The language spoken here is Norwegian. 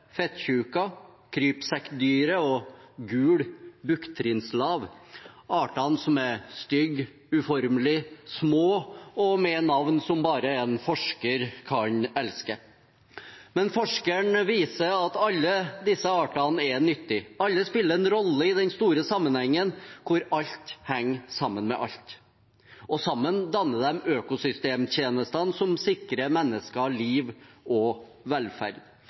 stygge, uformelige, små og med navn som bare en forsker kan elske? Men forskeren viser at alle disse artene er nyttige. Alle spiller en rolle i den store sammenhengen hvor alt henger sammen med alt, og sammen danner de økosystemtjenestene som sikrer mennesker liv og velferd.